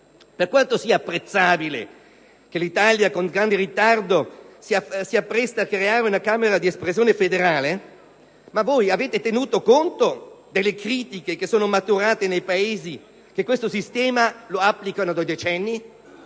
per quanto sia apprezzabile che l'Italia, con grande ritardo, si appresti a creare una Camera di espressione federale, avete tenuto conto delle critiche che sono maturate nei Paesi che questo sistema lo applicano da decenni?